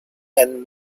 and